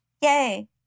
Yay